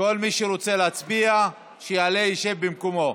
כל מי שרוצה להצביע שיעלה, ישב במקומו.